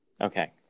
Okay